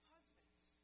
Husbands